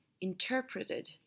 interpreted